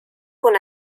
con